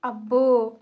అబ్బో